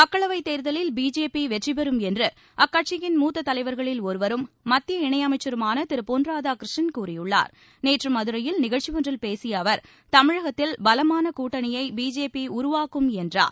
மக்களவைத் தேர்தலில் பிஜேபி வெற்றிபெறும் என்று அக்கட்சியின் மூத்தத் தலைவர்களில் ஒருவரும் மத்திய இணையமைச்சருமான நேற்று மதுரையில் நிகழ்ச்சி ஒன்றில் பேசிய அவா் தமிழகத்தில் பலமான கூட்டணியை பிஜேபி உருவாக்கும் என்றார்